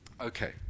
Okay